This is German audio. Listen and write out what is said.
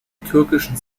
türkischen